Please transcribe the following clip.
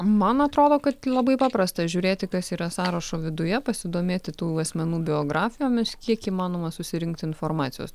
man atrodo kad labai paprasta žiūrėti kas yra sąrašo viduje pasidomėti tų asmenų biografijomis kiek įmanoma susirinkti informacijos